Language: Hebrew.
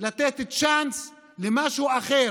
לתת צ'אנס למשהו אחר.